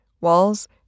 walls